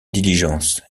diligence